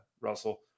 russell